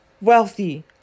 Wealthy